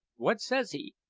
what says he?